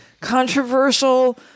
controversial